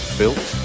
built